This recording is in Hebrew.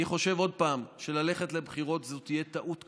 אני חושב, עוד פעם, שללכת לבחירות זה טעות קשה.